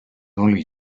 only